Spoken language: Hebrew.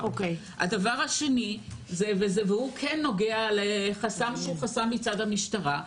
הדבר השני, והוא כן נוגע לחסם מצד המשטרה,